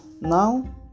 Now